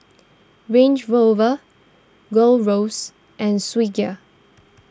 Range Rover Gold Roast and Swissgear